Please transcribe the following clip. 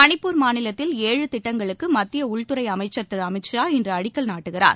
மணிப்பூர் மாநிலத்தில் ஏழு திட்டங்களுக்கு மத்திய உள்துறை அமைச்சர் திரு அமித் ஷா இன்று அடிக்கல் நாட்டுகிறார்